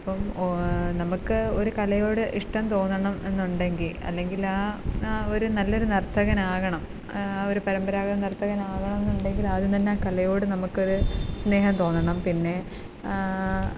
അപ്പം നമുക്ക് ഒരു കലയോട് ഇഷ്ടം തോന്നണം എന്നുണ്ടെങ്കിൽ അല്ലെങ്കിൽ ആ ഒരു നല്ലൊരു നർത്തകനാകണം ആ ഒരു പരമ്പരാഗത നർത്തകനാകണം എന്നുണ്ടെങ്കിൽ ആദ്യം തന്നെ ആ കലയോടു നമുക്കൊരു സ്നേഹം തോന്നണം പിന്നെ